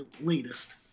latest